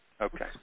Okay